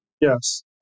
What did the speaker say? Yes